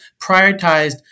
prioritized